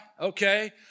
Okay